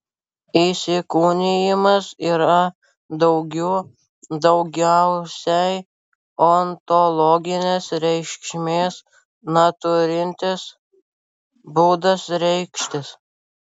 įsikūnijimas yra daugių daugiausiai ontologinės reikšmės neturintis būdas reikštis